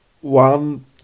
one